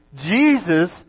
Jesus